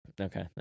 Okay